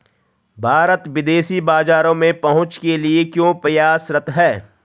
भारत विदेशी बाजारों में पहुंच के लिए क्यों प्रयासरत है?